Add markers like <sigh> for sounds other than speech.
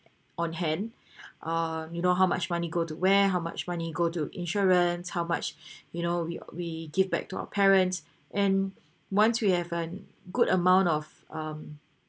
on hand <breath> uh you know how much money go to where how much money go to insurance how much <breath> you know we we give back to our parents and once we have a good amount of um